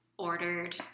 ordered